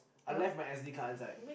I left my S_D card inside